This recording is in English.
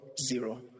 zero